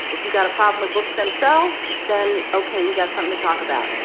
if you got a problem with books themselves, then, okay, we got something to talk about.